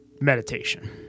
meditation